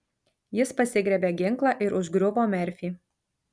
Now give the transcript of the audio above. jis pasigriebė ginklą ir užgriuvo merfį